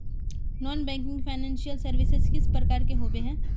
Non banking financial services किस प्रकार के होबे है?